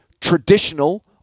traditional